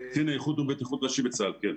קצין איכות ובטיחות ראשי בצבא הגנה לישראל.